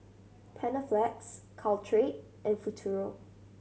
Panaflex Caltrate and Futuro